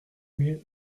mille